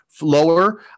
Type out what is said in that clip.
Lower